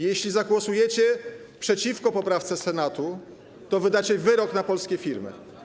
Jeśli zagłosujecie przeciwko poprawce Senatu, to wydacie wyrok na polskie firmy.